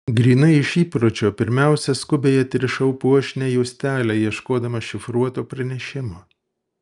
grynai iš įpročio pirmiausia skubiai atrišau puošnią juostelę ieškodama šifruoto pranešimo